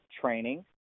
Training